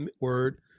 word